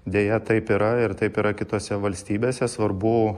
deja taip yra ir taip yra kitose valstybėse svarbu